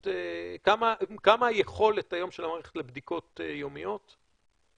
כמה היכולת היום של המערכת לבדיקות יומיות?